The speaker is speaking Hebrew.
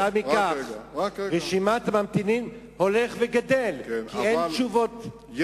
רשימת הממתינים הולכת וגדלה, כי אין תשובות.